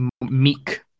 meek